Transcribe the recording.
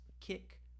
kick